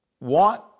want